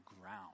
ground